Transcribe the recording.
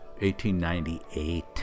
1898